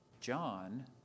John